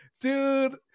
dude